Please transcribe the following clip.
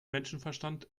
menschenverstand